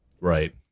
Right